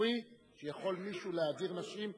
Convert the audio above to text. הציבורי יכול מישהו להדיר נשים,